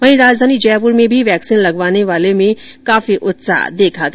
वहीं राजधानी जयपुर में भी वैक्सीन लगवाने वालों में काफी उत्साह देखा गया